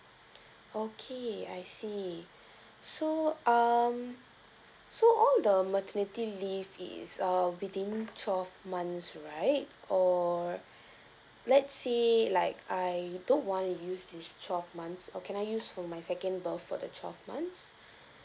okay I see so um so all the maternity leave is err within twelve months right or let's say like I don't want to use this twelve months or can I use for my second birth for the twelve months